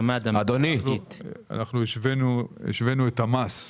השווינו את המס,